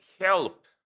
help